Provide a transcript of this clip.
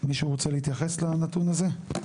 מישהו רוצה להתייחס לנתון הזה?